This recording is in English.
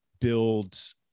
build